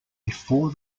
before